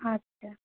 আচ্ছা